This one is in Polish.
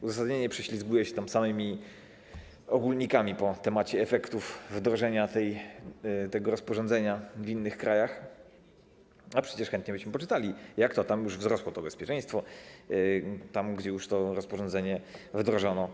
Uzasadnienie prześlizguje się samymi ogólnikami po temacie efektów wdrożenia tego rozporządzenia w innych krajach, a przecież chętnie byśmy poczytali, jak to tam już wzrosło to bezpieczeństwo, tam gdzie już to rozporządzenie wdrożono.